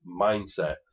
mindset